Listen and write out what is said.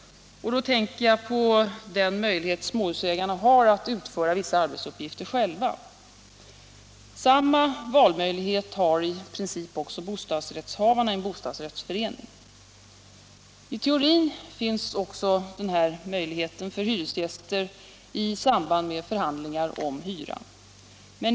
Jag tänker på den möjlighet småhusägarna har att utföra vissa arbetsuppgifter själva. Samma valmöjlighet har i princip också bostadsrättshavarna i en bostadsrättsförening. I teorin finns också denna möjlighet för hyresgäster i samband med förhandlingar om hyran.